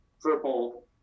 purple